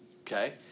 Okay